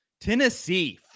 Tennessee